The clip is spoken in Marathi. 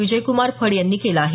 विजयक्मार फड यांनी केलं आहे